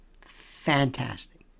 fantastic